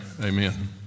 amen